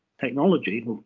technology